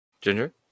Ginger